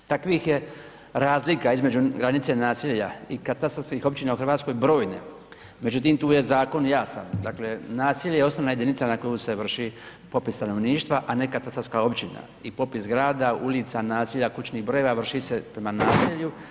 Takvih je razlika između granice naselja i katarskih općina u RH brojne, međutim tu je zakon jasan, dakle naselje je osnovna jedinica na koju se vrši popis stanovništva, a ne katastarska općina i popis grada, ulica, naselja, kućnih brojeva vrši se prema naselju.